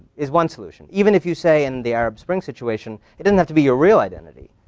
is one solution even if you say in the arab spring situation, it doesn't have to be your real identity.